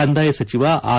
ಕಂದಾಯ ಸಚಿವ ಆರ್